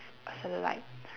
c~ cellulite